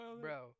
bro